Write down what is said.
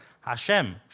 Hashem